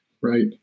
right